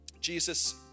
Jesus